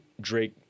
Drake